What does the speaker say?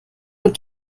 und